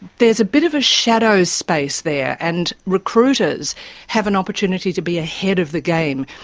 there's a bit of a shadow space there, and recruiters have an opportunity to be ahead of the game.